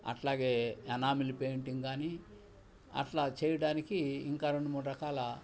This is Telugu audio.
అట్లాగే ఎనామిల్ పెయింటింగ్ కానీ అట్లా చేయడానికి ఇంకా రెండు మూడు రకాల